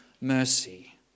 mercy